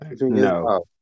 No